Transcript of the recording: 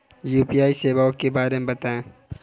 UPI सेवाओं के बारे में बताएँ?